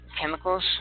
chemicals